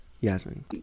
Yasmin